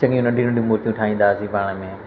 चङियूं नंढियूं नंढियूं मूर्तियूं ठाहींदा हुआसीं पाण में